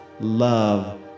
Love